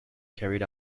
carried